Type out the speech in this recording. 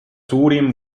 suurim